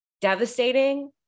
devastating